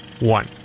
one